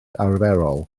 arferol